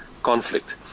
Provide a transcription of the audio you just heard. conflict